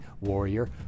Warrior